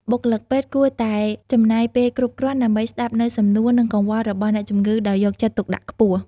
បុគ្គលិកពេទ្យគួរតែចំណាយពេលគ្រប់គ្រាន់ដើម្បីស្តាប់នូវសំណួរ និងកង្វល់របស់អ្នកជំងឺដោយយកចិត្តទុកដាក់ខ្ពស់។